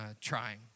trying